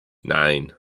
nine